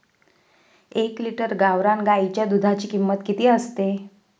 एक लिटर गावरान गाईच्या दुधाची किंमत किती असते?